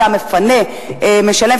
שהמפנה משלם,